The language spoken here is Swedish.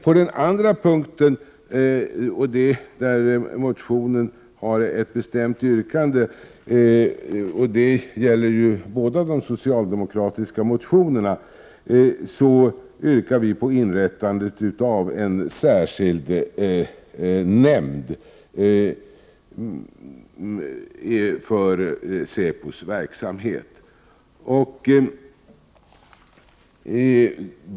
På den andra punkt där motionen har ett bestämt yrkande — det gäller båda de socialdemokratiska motionerna — yrkar vi på inrättande av en särskild nämnd för säpos verksamhet.